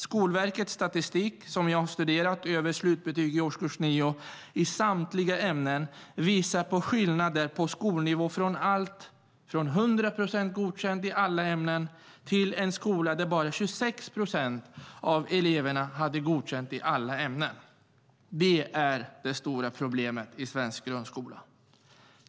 Skolverkets statistik över slutbetyg i årskurs 9 i samtliga ämnen visar på skillnader på skolnivå i allt från 100 procent Godkänd i alla ämnen till en skola där bara 26 procent av eleverna hade Godkänd i alla ämnen. Det är det stora problemet i svensk grundskola.